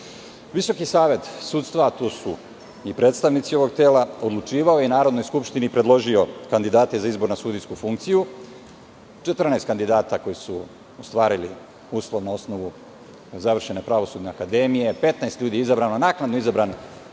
slučaj. Visoki savet sudstva, a tu su i predstavnici ovog tela odlučivali, Narodnoj skupštini je predložio kandidate za izbor na sudijsku funkciju, 14 kandidata koji su ostvarili uslov na osnovu završene Pravosudne akademije, a 15 ljudi je izabrano. Naknadno je izabran,